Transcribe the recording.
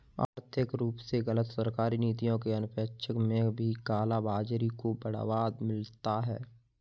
आर्थिक रूप से गलत सरकारी नीतियों के अनपेक्षित में भी काला बाजारी को बढ़ावा मिलता है